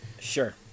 Sure